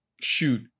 shoot